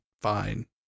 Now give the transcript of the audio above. fine